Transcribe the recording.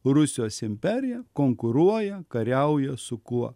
rusijos imperija konkuruoja kariauja su kuo